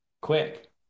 quick